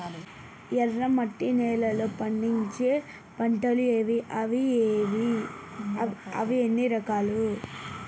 ఎర్రమట్టి నేలలో పండించే పంటలు ఏవి? అవి ఎన్ని రకాలు?